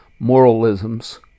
moralisms